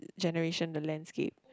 generation the landscape